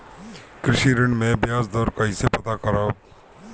कृषि ऋण में बयाज दर कइसे पता करब?